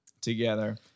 Together